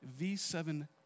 V7